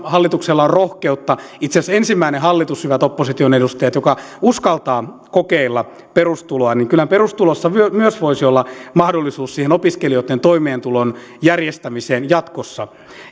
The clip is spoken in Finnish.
hallituksella on rohkeutta itse asiassa on ensimmäinen hallitus hyvät opposition edustajat joka uskaltaa kokeilla perustuloa kyllä perustulossa myös voisi olla mahdollisuus opiskelijoitten toimeentulon järjestämiseen jatkossa